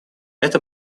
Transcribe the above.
это